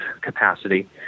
capacity